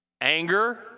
Anger